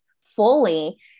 fully